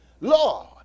Lord